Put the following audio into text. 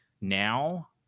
Now